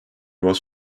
was